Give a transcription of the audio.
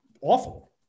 Awful